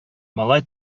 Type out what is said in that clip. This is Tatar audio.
малай